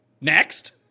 Next